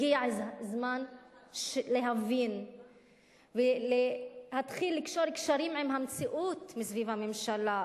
הגיע הזמן להבין ולהתחיל לקשור קשרים עם המציאות שסביב הממשלה.